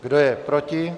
Kdo je proti?